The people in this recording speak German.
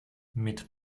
mit